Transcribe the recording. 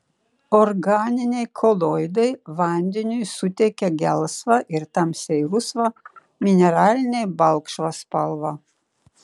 organiniai koloidai vandeniui suteikia gelsvą ir tamsiai rusvą mineraliniai balkšvą spalvą